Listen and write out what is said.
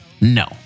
No